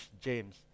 James